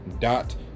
dot